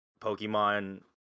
Pokemon